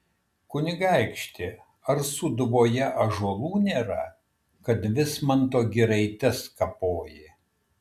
kunigaikšti ar sūduvoje ąžuolų nėra kad vismanto giraites kapoji